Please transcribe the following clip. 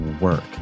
work